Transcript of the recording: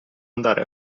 andare